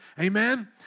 Amen